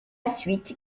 suite